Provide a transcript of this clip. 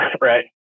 right